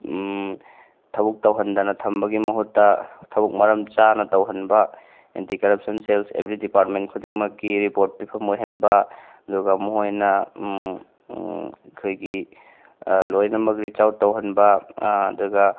ꯊꯕꯛ ꯇꯧꯍꯟꯗꯅ ꯊꯝꯕꯒꯤ ꯃꯍꯨꯠꯇ ꯊꯕꯛ ꯃꯔꯝ ꯆꯥꯅ ꯇꯧꯍꯟꯕ anti corruption cells every department ꯈꯨꯗꯤꯡꯃꯛꯀꯤ ꯔꯤꯄꯣꯔꯠ ꯄꯤꯐꯝ ꯑꯣꯏꯍꯟꯕ ꯑꯗꯨꯒ ꯃꯣꯏꯅ ꯑꯩꯈꯣꯏꯒꯤ ꯂꯣꯏꯅꯃꯛ ꯔꯤꯆ ꯑꯥꯎꯠ ꯇꯧꯍꯟꯕ ꯑꯗꯨꯒ